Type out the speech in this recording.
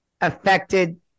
affected